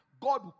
God